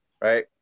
right